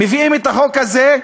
מביאים את החוק הזה,